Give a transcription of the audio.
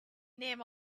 name